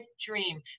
dream